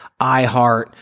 iHeart